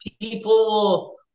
People